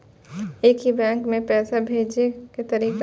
एक ही बैंक मे पैसा भेजे के तरीका?